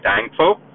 thankful